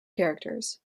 characters